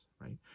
right